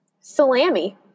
salami